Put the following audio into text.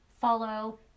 follow